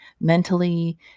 mentally